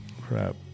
crap